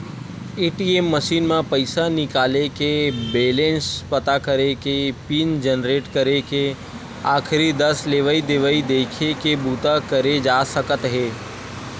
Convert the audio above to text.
ATM machine म पइसा निकाले के, बेलेंस पता करे के, पिन जनरेट करे के, आखरी दस लेवइ देवइ देखे के बूता करे जा सकत हे